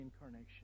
Incarnation